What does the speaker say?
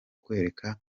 kwereka